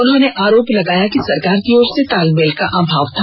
उन्होंने आरोप लगाया कि सरकार की तरफ से तालमेल का आमाव था